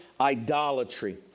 idolatry